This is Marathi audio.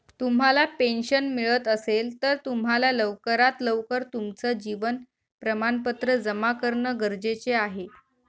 तुम्हाला पेन्शन मिळत असेल, तर तुम्हाला लवकरात लवकर तुमचं जीवन प्रमाणपत्र जमा करणं गरजेचे आहे